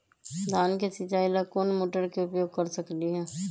धान के सिचाई ला कोंन मोटर के उपयोग कर सकली ह?